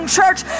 church